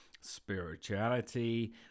spirituality